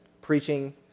preaching